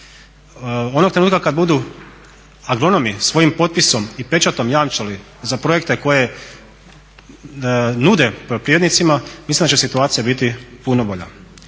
Onog trenutka kad budu agronomi svoji potpisom i pečatom jamčili za projekte koje nude poljoprivrednicima, mislim da će situacija biti puno bolja.